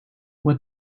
what